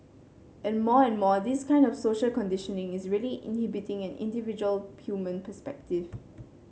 and more and more this kind of social conditioning is really inhibiting an individual human perspective